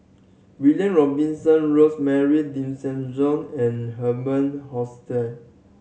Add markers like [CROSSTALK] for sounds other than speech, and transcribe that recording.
William Robinson Rosemary [UNINTELLIGIBLE] and Herman [UNINTELLIGIBLE]